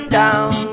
down